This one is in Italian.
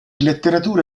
letteratura